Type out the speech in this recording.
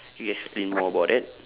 can you explain more about that